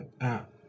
app